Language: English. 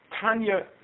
Tanya